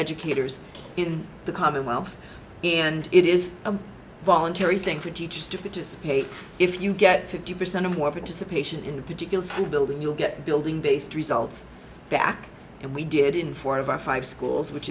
educators in the commonwealth and it is a voluntary thing for teachers to participate if you get fifty percent or more participation in a particular school building you'll get building based results back and we did in four of our five schools which